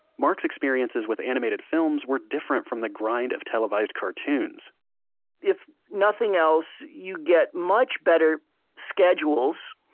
mark's experiences with animated films were different from the grind of televised cartoons if nothing else, you get much better schedules.